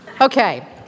Okay